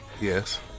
Yes